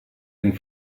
den